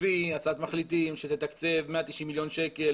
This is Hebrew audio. הביא הצעת מחליטים שתתקצב 190 מיליון שקל,